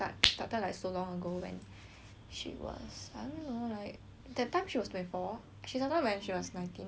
she was I don't know like that time she was twenty four she started when she was nineteen eighteen like that ya started quite late